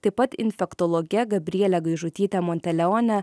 taip pat infektologe gabriele gaižutyte monteleone